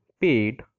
paid